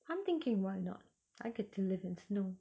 I'm thinking why not I get to live in snow